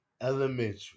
Elementary